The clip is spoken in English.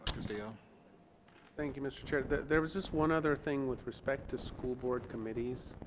castillo thank you mr. chair there was just one other thing with respect to school board committees